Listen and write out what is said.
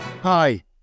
Hi